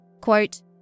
Quote